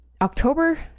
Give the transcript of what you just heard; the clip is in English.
October